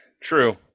True